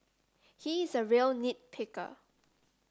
he is a real nit picker